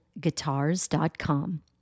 guitars.com